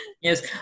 yes